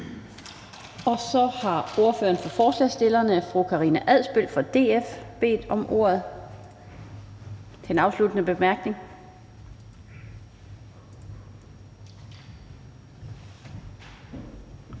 af, og ordføreren for forslagsstillerne, fru Karina Adsbøl fra DF har bedt om ordet til en afsluttende bemærkning.